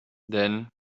then